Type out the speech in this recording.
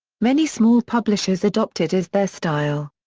many small publishers adopt it as their style.